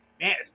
man